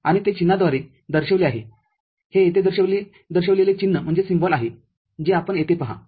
आणि ते चिन्हाद्वारे दर्शविले आहे हे येथे दर्शविलेले चिन्ह आहेजे आपण येथे पहा